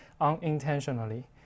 Unintentionally